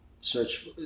search